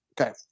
Okay